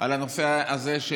על הנושא הזה.